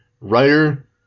writer